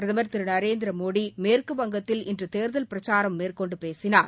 பிரதமர் திரு நரேந்திரமோடி மேற்கு வங்கத்தில் இன்று தேர்தல் பிரச்சாரம் மேற்கொண்டு பேசினார்